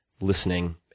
listening